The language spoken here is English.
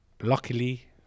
luckily